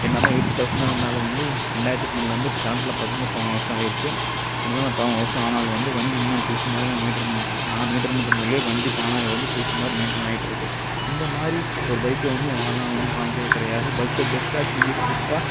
என்ன தான் எயிட்டி தௌசண்னாக இருந்தாலும் வந்து நான் ரெண்டாயிரத்தி பன்னென்ட்ல இருந்து இப்போ கரெண்ட்டில் பார்த்தீங்கனா பல வருடம் ஆகிடுச்சி என்ன தான் பல வருஷம் ஆனாலும் வந்து வண்டி இன்னும் புதுசு மாதிரி நாங்க மெயின்டைன் பண்ணிட்டு இருக்கோம் நான் மெயின்டைன் பண்ணுறனோ இல்லையோ வண்டி வந்து தானாக வந்து புதுசு மாதிரி மெயின்டைன் ஆகிட்டு இருக்கு இந்த மாதிரி ஒரு பைக்கை வந்து என் வாழ்நாளில் வந்து வாங்க கிடையாது பல்சர் பெஸ்டாக டிவீஸ் பெஸ்டாக